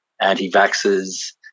anti-vaxxers